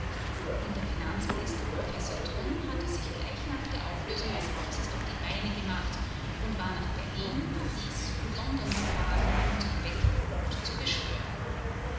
und der finanzminister professor trumm hatte sich gleich nach der auflösung des hauses auf die beine gemacht und war nach berlin paris und london gefahren um zu betteln und zu beschwören